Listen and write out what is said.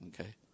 Okay